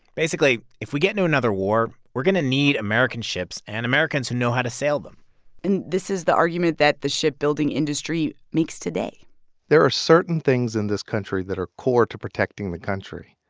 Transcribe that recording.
basically, if we get into another war, we're going to need american ships and americans who know how to sail them and this is the argument that the shipbuilding industry makes today there are certain things in this country that are core to protecting the country.